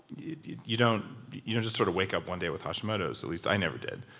you you don't. you don't just sort of wake up one day with hashimoto's, at least i never did.